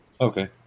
Okay